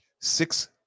Six